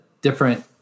different